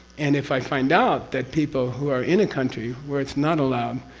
and if i find out that people, who are in a country where it's not allowed,